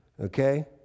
okay